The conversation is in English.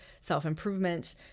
self-improvement